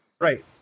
Right